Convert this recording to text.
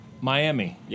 Miami